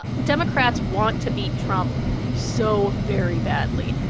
democrats want to beat trump so very badly.